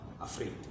afraid